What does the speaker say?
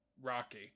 rocky